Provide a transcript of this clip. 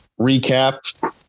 recap